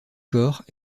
corps